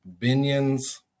Binion's